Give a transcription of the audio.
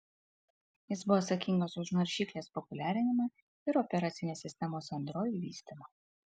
jis buvo atsakingas už naršyklės populiarinimą ir operacinės sistemos android vystymą